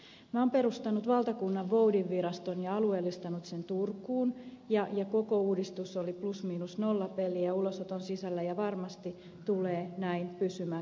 minä olen perustanut valtakunnanvoudinviraston ja alueellistanut sen turkuun ja koko uudistus oli plus miinus nolla peliä ulosoton sisällä ja varmasti tulee näin pysymäänkin